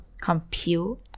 compute